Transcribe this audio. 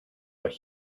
what